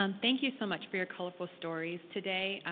um thank you so much for your colorful stories today.